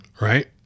Right